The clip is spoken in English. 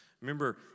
Remember